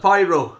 Pyro